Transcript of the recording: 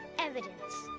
evidence.